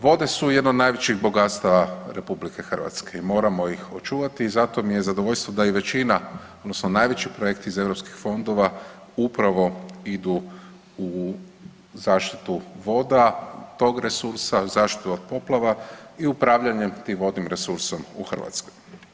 Vode su jedan od najvećih bogatstava RH i moramo ih čuvati i zato mi je zadovoljstvo da većina, odnosno najveći projekti iz europskih fondova upravo idu u zaštitu voda, tog resursa, zaštitu od poplava i upravljanje tim vodnim resursom u Hrvatskoj.